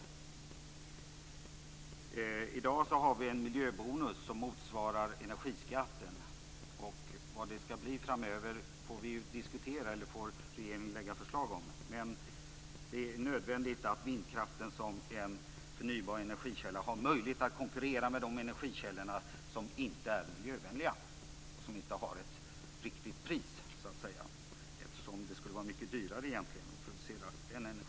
Vi har i dag en miljöbonus som motsvarar energiskatten. Vad det ska bli framöver får vi diskutera eller får regeringen lägga fram förslag om, men det är nödvändigt att vindkraften som en förnybar energikälla har möjlighet att konkurrera med de icke miljövänliga energikällorna, som så att säga inte är riktigt prissatta. Deras energi borde egentligen vara mycket dyrare.